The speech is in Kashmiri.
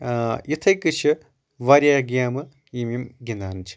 یِتَھے کٔنۍ چھِ واریاہ گیمہٕ یِم یِم گنٛدان چھِ